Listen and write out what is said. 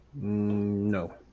No